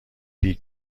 بیگ